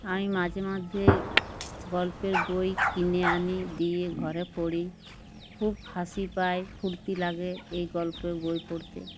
আমি মাঝে মধ্যে গল্পের বই কিনে আনি দিয়ে ঘরে পড়ি খুব হাসি পাই ফুর্তি লাগে এই গল্পের বই পড়তে